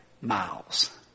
miles